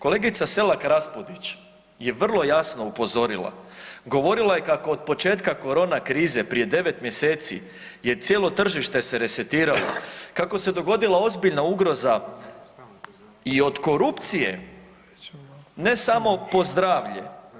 Kolegica Selak Raspudić je vrlo jasno upozorila, govorila je kako od početka korona krize prije 9 mjeseci je cijelo tržište se resetiralo, kako se dogodila ozbiljna ugroza i od korupcije ne samo po zdravlje.